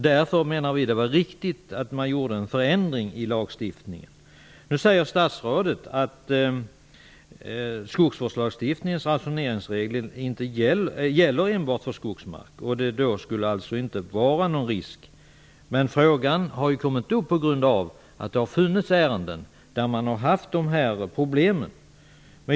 Därför menar vi att det var riktigt att man gjorde en förändring i lagstiftningen. Nu säger statsrådet att skogsvårdslagstiftningens ransoneringsregler enbart gäller för skogsmark. Då skulle det alltså inte vara någon risk. Men frågan har kommit upp på grund av att det har funnits ärenden som innehållit de här problemen.